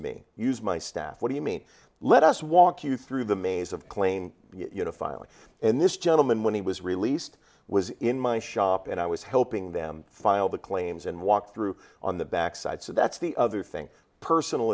me use my staff what do you mean let us walk you through the maze of claim you know finally and this gentleman when he was released was in my shop and i was helping them file the claims and walk through on the back side so that's the other thing personal